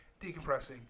decompressing